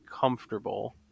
comfortable